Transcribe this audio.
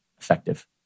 effective